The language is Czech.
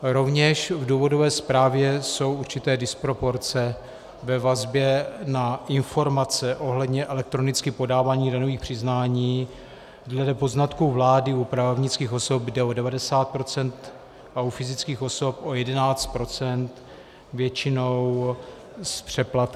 Rovněž v důvodové zprávě jsou určité disproporce ve vazbě na informace ohledně elektronicky podávaných daňových přiznání, kde dle poznatků vlády u právnických osob jde o 90 % a u fyzických osob o 11 % většinou s přeplatkem.